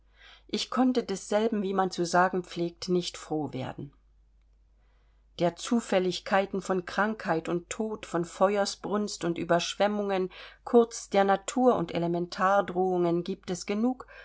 ich konnte desselben wie man zu sagen pflegt nicht froh werden der zufälligkeiten von krankheit und tod von feuersbrunst und überschwemmungen kurz der natur und elementardrohungen giebt es genug